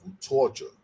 torture